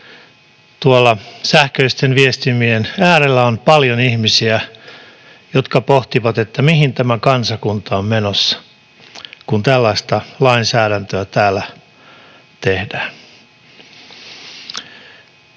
tuolla sähköisten viestimien äärellä on paljon ihmisiä, jotka pohtivat, mihin tämä kansakunta on menossa, kun tällaista lainsäädäntöä täällä tehdään.